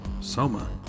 Soma